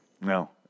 No